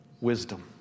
Wisdom